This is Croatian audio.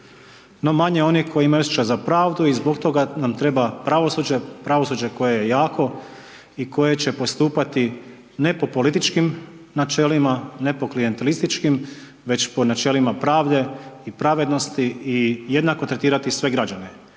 no manje onih koji imaju osjećaj za pravdu i zbog toga nam treba pravosuđe, pravosuđe koje je jako i koje će postupati ne po političkim načelima, ne po klijentelističkim već po načelima pravde i pravednosti i jednako tretirati sve građane.